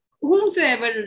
whomsoever